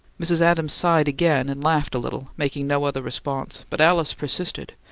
mrs. adams sighed again, and laughed a little, making no other response but alice persisted.